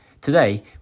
Today